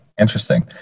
Interesting